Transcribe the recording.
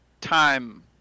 time